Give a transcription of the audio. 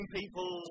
People